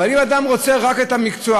אבל אם אדם רוצה רק את המקצוע,